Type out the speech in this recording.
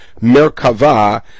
Merkava